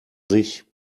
sich